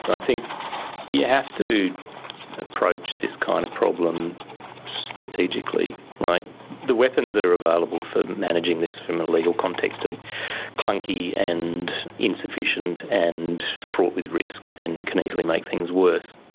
i think you have to approach this kind of problem strategically, like the weapons that are available for managing this from a legal context are clunky and insufficient and fraught with risk and can easily make things worse.